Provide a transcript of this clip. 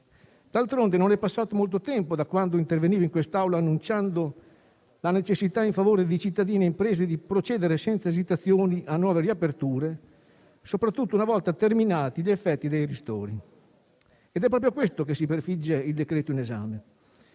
D'altronde non è passato molto tempo da quando sono intervenuto in quest'Aula annunciando la necessità, in favore di cittadini e imprese, di procedere senza esitazioni a nuove riaperture, soprattutto una volta terminati gli effetti dei ristori, ed è proprio questo che si prefigge il decreto-legge in esame.